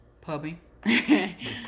puppy